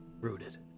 rooted